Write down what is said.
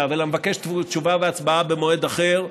אלא מבקש תשובה והצבעה במועד אחר עכשיו,